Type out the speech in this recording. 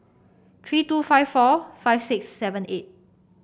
three two five four five six seven eight